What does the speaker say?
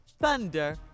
Thunder